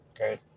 okay